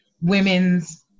women's